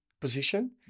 Position